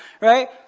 right